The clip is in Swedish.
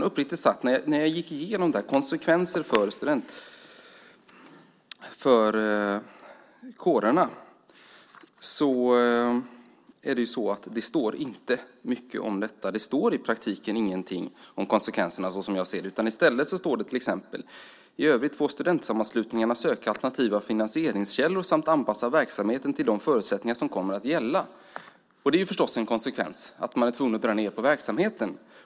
Uppriktigt sagt: När jag gick igenom konsekvenserna för kårerna såg jag att det inte står mycket om detta. Det står i praktiken ingenting om konsekvenserna, som jag ser det. I stället står det till exempel: "I övrigt får studentsammanslutningarna söka alternativa finansieringskällor samt anpassa verksamheten till de förutsättningar som kommer att gälla." Det är förstås en konsekvens att man är tvungen att dra ned på verksamheten.